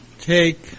take